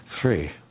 Three